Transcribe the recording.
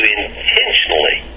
intentionally